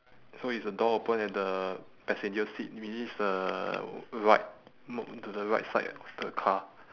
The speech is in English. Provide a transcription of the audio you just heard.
so is the door open at the passenger seat meaning is the right m~ to the right side of the car